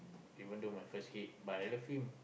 even though my first kid but I love him